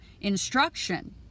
instruction